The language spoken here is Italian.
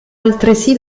altresì